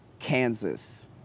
Kansas